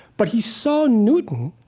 but he saw newton,